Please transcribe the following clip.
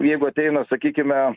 jeigu ateina sakykime